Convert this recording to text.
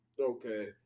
Okay